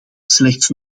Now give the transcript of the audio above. slechts